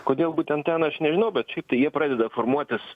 kodėl būtent ten aš nežinau bet šiaip tai jie pradeda formuotis